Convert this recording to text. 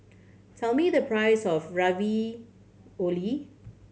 tell me the price of Ravioli